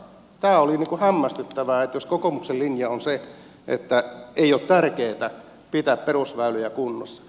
tämä oli hämmästyttävää jos kokoomuksen linja on se että ei ole tärkeätä pitää perusväyliä kunnossa